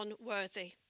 unworthy